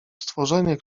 stworzenie